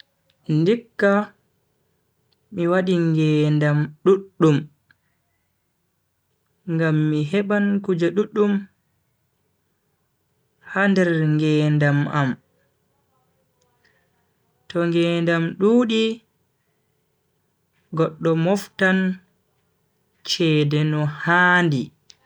Ndikka mi wadi ngedam duddum ngam mi heban kuje duddum ha nder ngedam am. To ngedam dudi goddo moftan cede no handi.